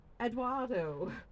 Eduardo